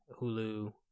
Hulu